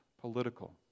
political